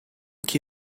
que